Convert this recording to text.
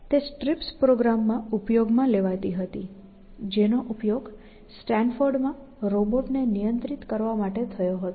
તે STRIPS પ્રોગ્રામમાં ઉપયોગમાં લેવાતી હતી જેનો ઉપયોગ સ્ટેન્ફોર્ડમાં રોબોટને નિયંત્રિત કરવા માટે થયો હતો